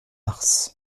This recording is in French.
mars